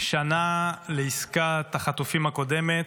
שנה לעסקת החטופים הקודמת.